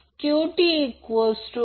तर ते देखील किलोवोल्ट आहे